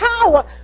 power